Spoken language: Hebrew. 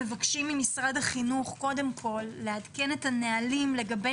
מבקשים ממשרד החינוך קודם כל לעדכן את הנהלים לגבי